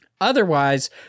otherwise